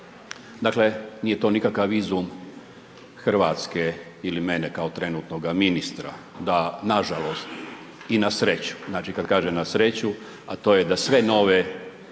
Dakle nije to nikakav izum Hrvatske ili mene kao trenutnoga ministra da nažalost i na sreću, znači kada kažem na sreću, a to je da sve nove